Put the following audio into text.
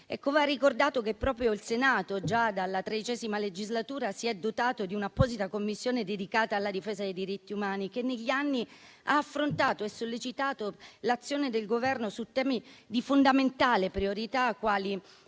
Va ricordato che proprio il Senato, già dalla XIII legislatura, si è dotato di un'apposita Commissione dedicata alla difesa dei diritti umani, che negli anni ha affrontato e sollecitato l'azione del Governo su temi di fondamentale priorità quali